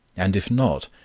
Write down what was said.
and if not,